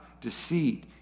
deceit